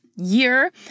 year